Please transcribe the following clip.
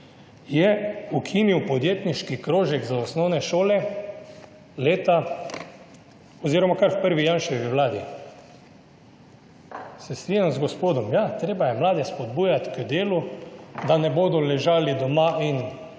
je ukinil podjetniški krožek za osnovne šole v prvi Janševi vladi. Se strinjam z gospodom, ja, treba je mlade spodbujati k delu, da ne bodo ležali doma in